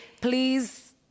Please